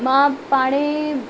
मां पाण